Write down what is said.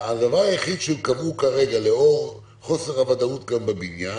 הדבר היחיד שקבעו כרגע לאור חוסר הוודאות כאן בבניין,